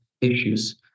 issues